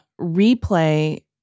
replay